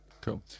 cool